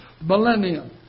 millennium